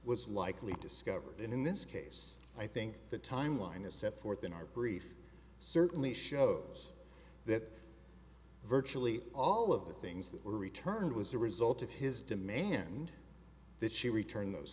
was likely discovered in this case i think the timeline is set forth in our brief certainly shows that virtually all of the things that were returned was the result of his demand that she return those